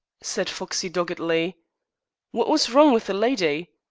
said foxey doggedly. wot was wrong with the lydy?